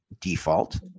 default